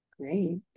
Great